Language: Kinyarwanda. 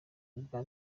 ubwa